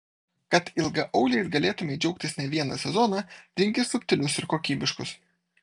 kad ilgaauliais galėtumei džiaugtis ne vieną sezoną rinkis subtilius ir kokybiškus